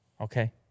Okay